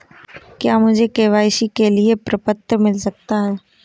क्या मुझे के.वाई.सी के लिए प्रपत्र मिल सकता है?